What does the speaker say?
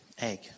egg